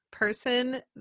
person